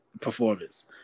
performance